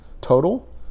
total